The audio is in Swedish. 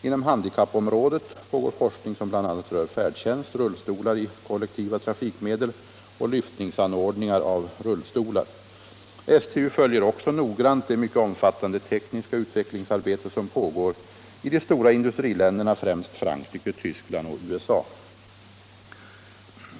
Inom handikappområdet pågår forskning som bl.a. rör färdtjänst, rullstolar i kollektiva trafikmedel och lyftningsanordningar för rullstolar. STU följer också noggrant det mycket omfattande tekniska utvecklingsarbete som pågår i de stora industriländerna, främst Frankrike, Tyskland och USA.